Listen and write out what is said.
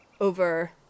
over